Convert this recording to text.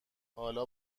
حالا